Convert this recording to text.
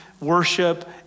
worship